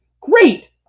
great